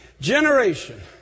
generation